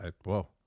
Whoa